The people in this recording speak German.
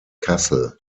kassel